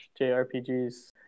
jrpgs